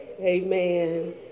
Amen